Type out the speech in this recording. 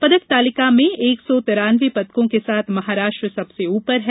पदक तालिका में एक सौ तिरान्नवे पदकों के साथ महाराष्ट्र सबसे ऊपर है